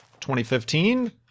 2015